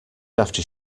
after